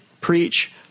preach